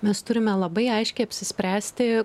mes turime labai aiškiai apsispręsti